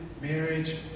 marriage